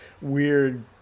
weird